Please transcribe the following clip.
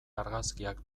argazkiak